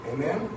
Amen